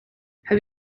have